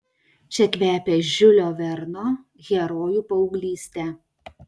čia kvepia žiulio verno herojų paauglyste